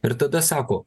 ir tada sako